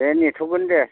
दे नेथ'गोन दे